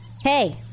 Hey